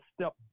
step